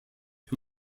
who